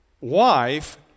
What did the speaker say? wife